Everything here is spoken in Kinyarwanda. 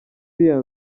iriya